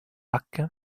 pack